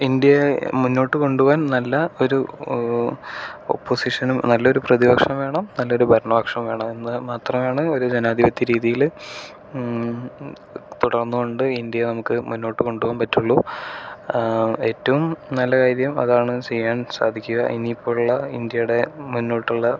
India മുന്നോട്ട് കൊണ്ടുപോകാൻ നല്ല ഒരു ഓപ്പോസിഷനും നല്ലൊരു പ്രതിപക്ഷവും വേണം നല്ലൊരു ഭരണ പക്ഷവും വേണം എന്നത് മാത്രമാണ് ഒരു ജനാധിപത്യ രീതിയില് തുടർന്നുകൊണ്ട് ഇന്ത്യയെ നമുക്ക് മുന്നോട്ട് കൊണ്ടുപോകാൻ പറ്റുള്ളൂ ഏറ്റവും നല്ല കാര്യം അതാണ് ചെയ്യാൻ സാധിക്കുക ഇനി ഇപ്പോൾ ഉള്ള ഇന്ത്യയുടെ മുന്നോട്ടുള്ള